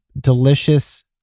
delicious